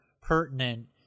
pertinent